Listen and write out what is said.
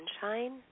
sunshine